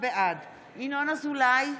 בעד ינון אזולאי,